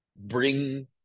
bring